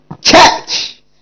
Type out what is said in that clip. Church